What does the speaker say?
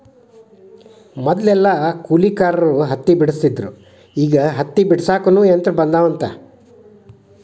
ಮದಲೆಲ್ಲಾ ಕೂಲಿಕಾರರ ಹತ್ತಿ ಬೆಡಸ್ತಿದ್ರ ಈಗ ಹತ್ತಿ ಬಿಡಸಾಕುನು ಯಂತ್ರ ಬಂದಾವಂತ